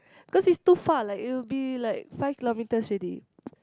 cause is too far like it will be like five kilometers already